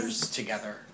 together